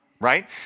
Right